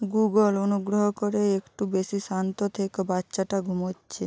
Google অনুগ্রহ করে একটু বেশি শান্ত থেকো বাচ্চাটা ঘুমোচ্ছে